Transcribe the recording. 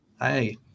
Hi